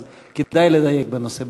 אז כדאי לדייק בנושא.